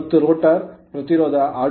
ಮತ್ತು ರೋಟರ್ ಪ್ರತಿರೋಧವು r2' s ಆಗಿರುತ್ತದೆ